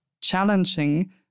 challenging